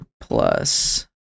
plus